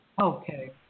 Okay